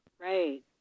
Right